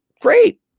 Great